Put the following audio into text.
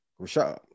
Rashad